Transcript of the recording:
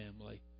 family